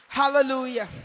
hallelujah